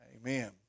amen